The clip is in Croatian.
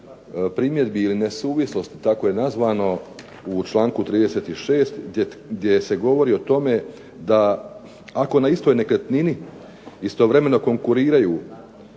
primjedbi ili nesuvislosti tako je nazvano u članku 36. gdje se govori o tome da ako na istoj nekretnini istovremeno konkuriraju